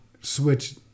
switch